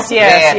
yes